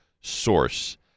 source